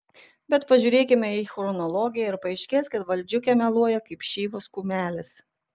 bet pažiūrėkime į chronologiją ir paaiškės kad valdžiukė meluoja kaip šyvos kumelės